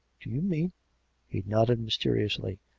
do you mean he nodded mysteriously,